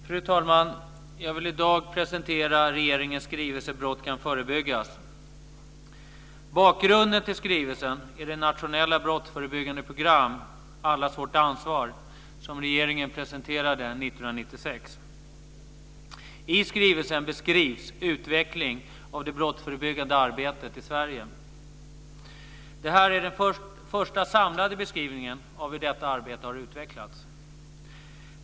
Fru talman! Jag vill i dag presentera regeringens skrivelse Brott kan förebyggas. Bakgrunden till skrivelsen är det nationella brottsförebyggande program, Allas vårt ansvar, som regeringen presenterade 1996. I skrivelsen beskrivs utvecklingen av det brottsförebyggande arbetet i Sverige. Det här är den första samlade beskrivningen av hur detta arbete har utvecklats.